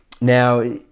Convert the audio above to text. Now